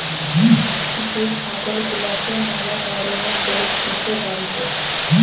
যে ছাগল গুলাকে ম্যালা কারণে লোক পুষে বাড়িতে